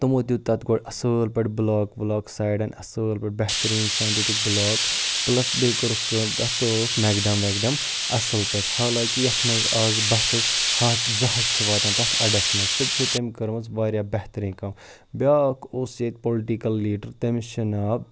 تِمو دیُت تَتھ گۄڈٕ اَصٕل پٲٹھۍ بٕلاک وٕلاک سایڈَن اَصٕل پٲٹھۍ بہتریٖن سان دِتُکھ بٕلاک پٕلَس بیٚیہِ کوٚرُکھ کٲم تَتھ ترٛووُکھ مٮ۪کڈَم وٮ۪کڈَم اَصٕل پٲٹھۍ حالانکہِ یَتھ منٛز آز بَسٕز ہَتھ زٕ ہَتھ چھِ واتان تَتھ اَڈَس منٛز سُہ تہِ چھِ تٔمۍ کٔرمٕژ واریاہ بہتریٖن کٲم بیٛاکھ اوس ییٚتہِ پُلٹِکَل لیٖڈَر تٔمِس چھُ ناو